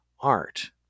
art